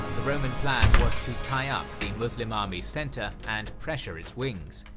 the roman plan was to tie up the muslim army's center and pressure its wings.